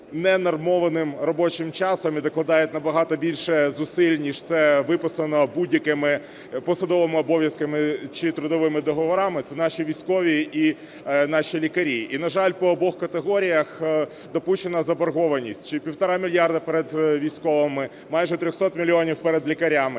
ненормованим робочим часом і докладають набагато більше зусиль, ніж це виписано будь-якими посадовими обов'язками чи трудовими договорами. Це наші військові і наші лікарі. І, на жаль, по обох категоріях допущена заборгованість: чи 1,5 мільярда перед військовими, майже 300 мільйонів перед лікарями.